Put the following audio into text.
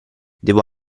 devo